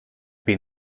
been